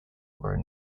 were